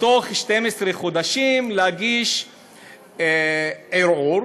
בתוך 12 חודשים ולהגיש ערעור,